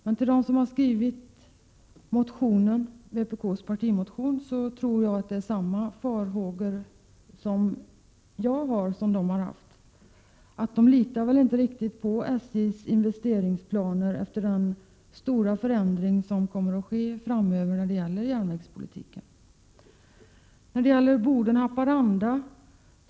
Men de som har skrivit vpk:s partimotion tror jag har samma farhågor som jag har — vi litar inte riktigt på SJ:s investeringsplaner, efter den stora förändring som kommer att ske framöver i fråga om järnvägspolitiken. Så till banan Boden-Haparanda.